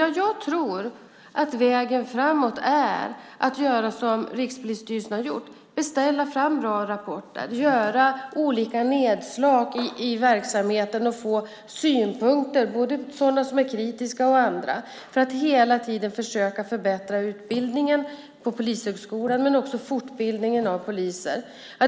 Ja, jag tror att vägen framåt är att göra som Rikspolisstyrelsen har gjort - beställa fram bra rapporter, göra olika nedslag i verksamheten och få synpunkter, både sådana som är kritiska och andra - för att hela tiden försöka förbättra utbildningen på Polishögskolan men också fortbildningen av poliser.